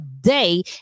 day